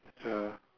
ya